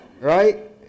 Right